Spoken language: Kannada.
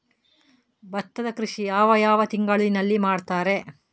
ಭತ್ತದ ಕೃಷಿ ಯಾವ ಯಾವ ತಿಂಗಳಿನಲ್ಲಿ ಮಾಡುತ್ತಾರೆ?